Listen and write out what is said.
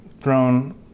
thrown